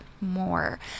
more